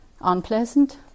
unpleasant